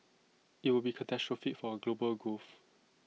IT would be catastrophic for global growth